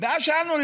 הלכה למעשה.